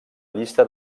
llista